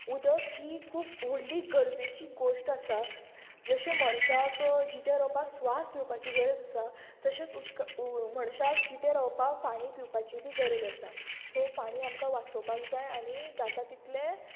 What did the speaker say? उदक ही खूब व्हडली गरजेची गोश्ट आसा जशें मणशाक जिते रोवपाक स्वास घेवपाची गरज आसा तशेंच मणशाक जिते रोवपाक पाणी पिवपाची बी गरज आसा सो पाणी आमकां वाचोवपाक जाय आनी जाता तितले